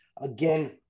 again